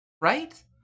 Right